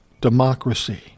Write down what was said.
democracy